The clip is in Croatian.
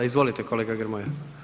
Izvolite, kolega Grmoja.